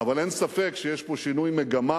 אבל אין ספק שיש פה שינוי מגמה